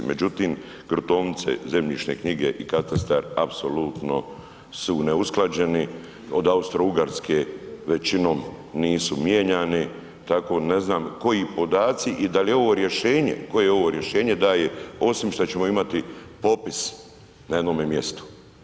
Međutim, gruntovnice, zemljišne knjige i katastar apsolutno su neusklađeni od Austro-Ugarske većinom nisu mijenjani, tako da ne znam koji podaci i da li je ovo rješenje, koje je ovo rješenje daje osim što ćemo imati popis na jednom mjestu.